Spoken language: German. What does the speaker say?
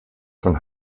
von